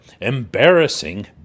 Embarrassing